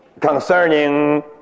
concerning